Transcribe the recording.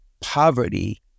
poverty